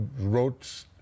wrote